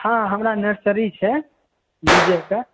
हँ हमरा नर्सरी छै बीजे के